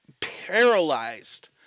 paralyzed